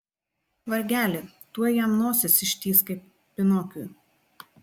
vargeli tuoj jam nosis ištįs kaip pinokiui